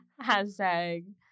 Hashtag